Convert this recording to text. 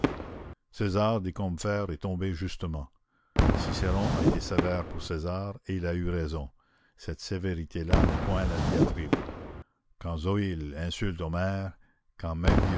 césar dit combeferre est tombé justement cicéron a été sévère pour césar et il a eu raison cette sévérité là n'est point la diatribe quand zoïle insulte homère quand